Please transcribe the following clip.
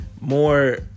more